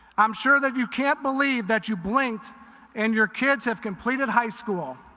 i'm sure that you can't believe that you blinked and your kids have completed high school.